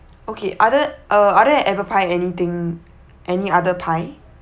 okay other uh other a~ apple pie anything any other pie